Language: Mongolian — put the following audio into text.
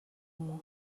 мөн